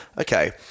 okay